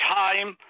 time